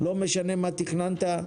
לא משנה מה תכננת,